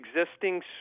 existing